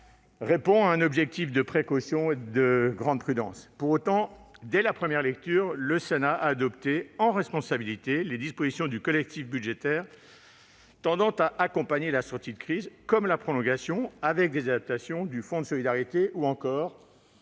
répond à un objectif de précaution et de grande prudence. Pour autant, dès la première lecture, le Sénat a adopté, en responsabilité, les dispositions du collectif budgétaire tendant à accompagner la sortie de crise. Il en est ainsi de la prolongation, avec des adaptations, du fonds de solidarité ou encore